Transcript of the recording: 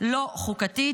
לא חוקתית,